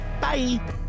bye